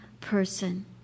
person